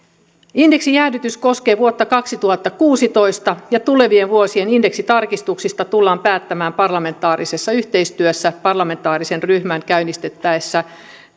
indeksijäädytys koskee vuotta kaksituhattakuusitoista ja tulevien vuosien indeksitarkistuksista tullaan päättämään parlamentaarisessa yhteistyössä parlamentaarisen ryhmän käynnistäessä